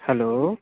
hello